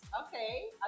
Okay